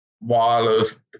wireless